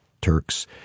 Turks